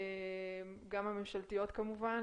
גם הממשלתיות כמובן,